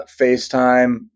FaceTime